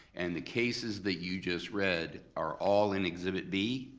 and the cases that you just read are all in exhibit b?